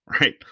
right